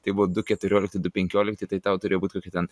tai buvo du keturiolikti du penkiolikti tai tau turėjo būti kokie ten